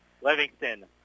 Livingston